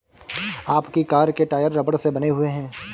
आपकी कार के टायर रबड़ से बने हुए हैं